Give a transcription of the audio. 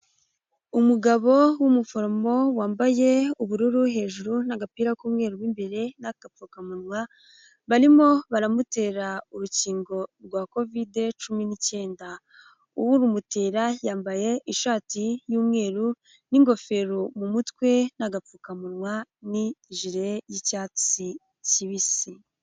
Umugabo w'umuforomo, wambaye ubururu hejuru n'agapira k'umweru mo imbere n'akapfukamunwa, barimo baramutera urukingo rwa Covid cumi n'icyenda. Urumutera yambaye ishati y'umweru n'ingofero mu mutwe n'agapfukamunwa n'ijire y'icyatsi kibisi.